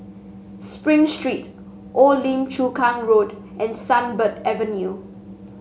Spring Street Old Lim Chu Kang Road and Sunbird Avenue